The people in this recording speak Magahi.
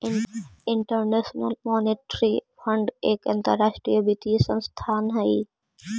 इंटरनेशनल मॉनेटरी फंड एक अंतरराष्ट्रीय वित्तीय संस्थान हई